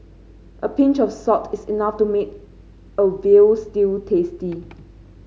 a pinch of salt is enough to make a veal stew tasty